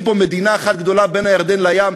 פה מדינה אחת גדולה בין הירדן לים,